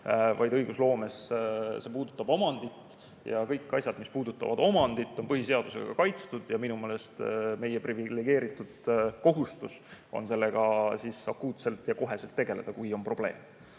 vaid õigusloomes see puudutab omandit ja kõik asjad, mis puudutavad omandit, on põhiseadusega kaitstud. Minu meelest meie privilegeeritud kohustus on sellega akuutselt ja otsekohe tegeleda, kui on probleem.